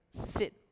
sit